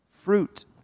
fruit